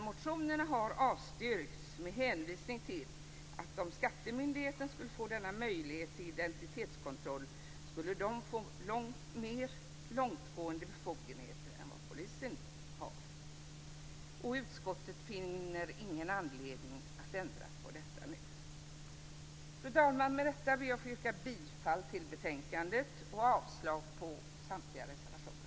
Motionerna har avstyrkts med hänvisning till att om skattemyndigheten skulle få denna möjlighet till identitetskontroll skulle den få mer långtgående befogenheter än vad polisen har. Utskottet finner ingen anledning att ändra på detta nu. Fru talman! Med detta vill jag yrka bifall till utskottets hemställan och avslag på samtliga reservationer.